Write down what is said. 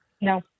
no